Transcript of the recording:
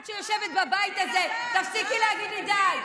את, שיושבת בבית הזה, די, תפסיקי להגיד לי די.